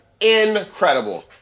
Incredible